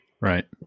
Right